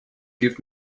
give